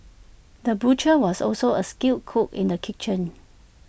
the butcher was also A skilled cook in the kitchen